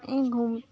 এই গ